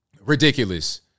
ridiculous